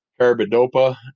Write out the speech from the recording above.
Carbidopa